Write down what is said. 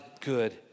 good